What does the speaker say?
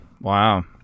Wow